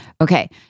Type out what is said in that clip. Okay